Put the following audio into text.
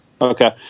Okay